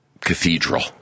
cathedral